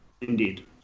Indeed